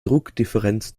druckdifferenz